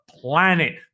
planet